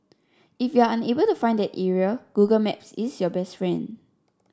if you're unable to find the area Google Maps is your best friend